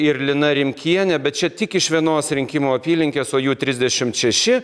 ir lina rimkienė bet čia tik iš vienos rinkimų apylinkės o jų trisdešimt šeši